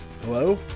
Hello